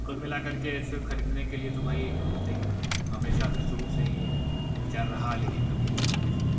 कुल मिला कर इसे ख़रीदने के लिए तो भाई एक हमेशा से शुरू से ही विचार रहा है लेकिन कभी जो है उसको